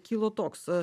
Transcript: kilo toks